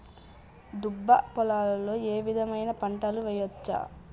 దుబ్బ పొలాల్లో ఏ విధమైన పంటలు వేయచ్చా?